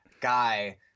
guy